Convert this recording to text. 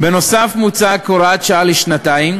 נוסף על כך מוצע, כהוראת שעה לשנתיים,